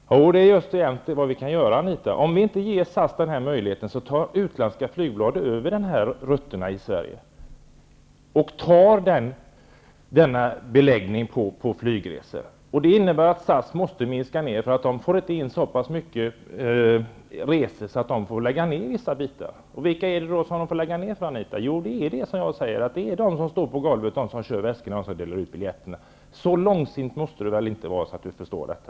Fru talman! Jo, det är just vad vi kan göra, Anita Johansson. Om vi inte ger SAS den här möjligheten tar utländska flygbolag över dessa rutter i Sverige. De tar över beläggningen på dessa flygresor. Det innebär att SAS måste minska ner därför att de inte får så många resande. De måste lägga ner vissa bitar. Vilka är det som drabbas av det, Anita Johansson? Jo, det är de som står på golvet, de som kör väskorna och de som delar ut biljetterna. Så långsint kan Anita Johansson inte vara, att hon inte förstår detta.